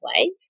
wave